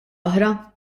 oħra